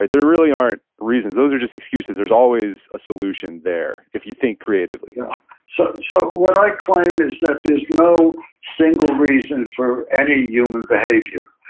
right? they really aren't reasons. those are just excuses. there's always a solution there if you think creatively yeah so so what i claim is that there's no single reason for any human behavior.